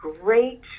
great